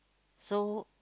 so